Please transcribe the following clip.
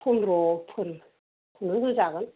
फनद्रफोर बिदि होजागोन